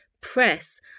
press